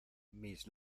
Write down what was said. mis